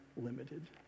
limited